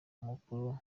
amakuru